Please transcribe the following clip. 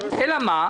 אלא מה,